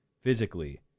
Physically